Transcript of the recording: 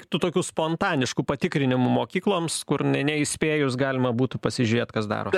tų tokių spontaniškų patikrinimų mokykloms kur ne neįspėjus galima būtų pasižiūrėt kas daros